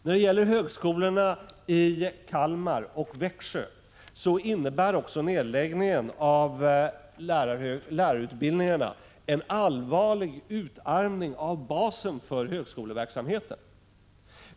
När det gäller högskolorna i Kalmar och Växjö innebär nedläggningen av lärarutbildningarna också en allvarlig utarmning av basen för högskoleverksamheten.